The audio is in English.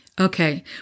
Okay